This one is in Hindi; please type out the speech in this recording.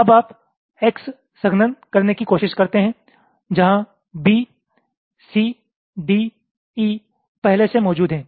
अब आप X संघनन करने की कोशिश करते हैं जहां B C D E पहले से मौजूद है